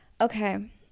okay